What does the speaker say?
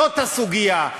זאת הסוגיה.